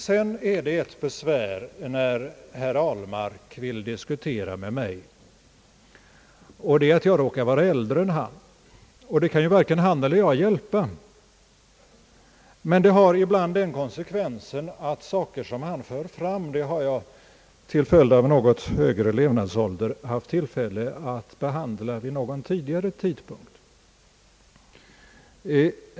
Sedan är det ett besvär då herr Ahlmark vill diskutera med mig, nämligen att jag råkar vara äldre än han. Det kan ju varken han eller jag hjälpa, men ibland har det konsekvensen att saker som han för fram har jag till följd av något högre levnadsålder haft tillfälle att behandla vid någon tidigare tidpunkt.